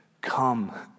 Come